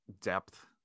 depth